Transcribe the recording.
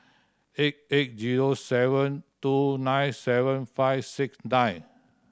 eight eight zero seven two nine seven five six nine